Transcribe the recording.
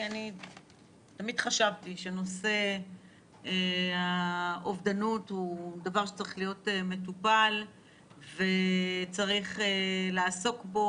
תמיד חשבתי שנושא האובדנות הוא דבר שצריך להיות מטופל וצריך לעסוק בו,